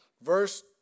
Verse